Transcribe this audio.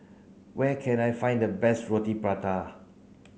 where can I find the best Roti Prata